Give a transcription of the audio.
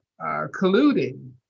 colluding